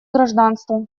гражданство